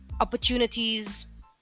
opportunities